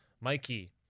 mikey